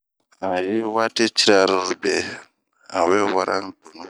An yi wati ciri'arobe an we wara un tonu.